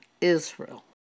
Israel